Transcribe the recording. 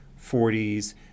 40s